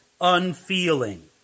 unfeeling